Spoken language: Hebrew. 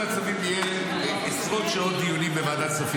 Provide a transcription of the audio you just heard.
הציבור שלנו לא חי פה.